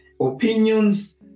opinions